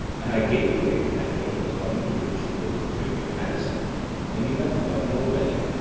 and i gave you a pattern according to which you were to frame your answer and you have forgotten already,